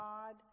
God